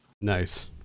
Nice